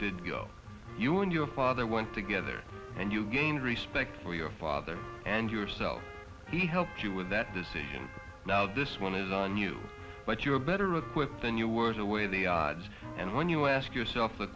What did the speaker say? did go you and your father went together and you gain respect for your father and yourself he helped you with that decision now this one is on you but you're better equipped than you were to weigh the odds and when you ask yourself the